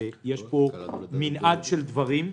יש פה מנעד של דברים.